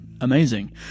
Amazing